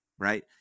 Right